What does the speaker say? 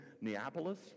Neapolis